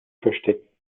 verstecken